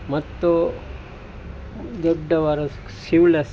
ಮತ್ತು ದೊಡ್ಡವರು ಸೀವ್ಲೆಸ್